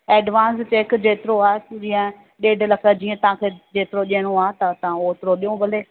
advance cheque जेतिरो आहे जीअं ॾेढु लख जीअं तव्हां खे जेतिरो ॾियणो आहे त तव्हां ओतिरो ॾियो भले